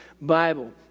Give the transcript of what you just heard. Bible